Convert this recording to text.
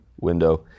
window